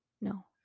No